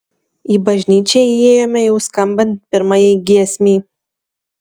į bažnyčią įėjome jau skambant pirmajai giesmei